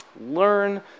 Learn